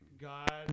God